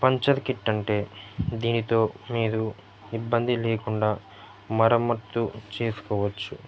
puncture kit అంటే దీనితో మీరు ఇబ్బంది లేకుండా మరమత్తు చేసుకోవచ్చు